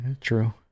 True